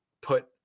put